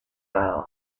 well